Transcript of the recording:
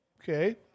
Okay